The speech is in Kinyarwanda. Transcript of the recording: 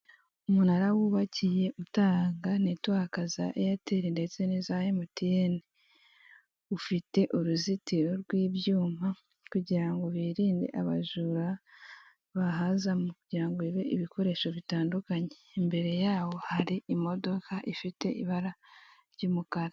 Umunara wubakiye utanga netiwaka za eyateli ndetse n'iza emutiyeni ufite uruzitiro rw'ibyuma kugira ngo birinde abajura bahaza kugira ngo bibe ibikoresho bitandukanye, imbere yawo hari imodoka ifite ibara ry'umukara.